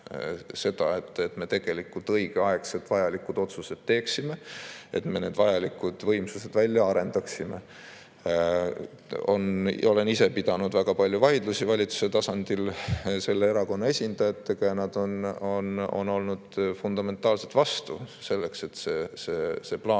seda, et me õigeaegselt vajalikud otsused teeksime ja et me need vajalikud võimsused välja arendaksime. Olen ise pidanud väga palju vaidlusi valitsuse tasandil selle erakonna esindajatega ja nad on olnud fundamentaalselt vastu sellele, et seda plaani,